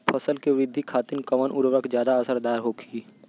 फसल के वृद्धि खातिन कवन उर्वरक ज्यादा असरदार होखि?